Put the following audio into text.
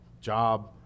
job